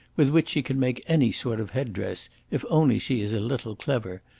with which she can make any sort of headdress if only she is a little clever,